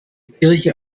kirche